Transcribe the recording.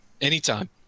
anytime